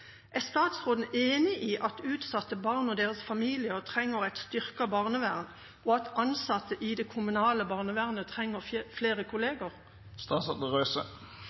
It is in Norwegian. Er statsråden enig i at utsatte barn og deres familier trenger et styrket barnevern, og at ansatte i det kommunale barnevernet trenger flere kollegaer?